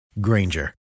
Granger